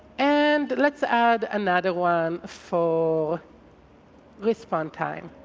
and let's add another one for respond time.